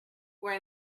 were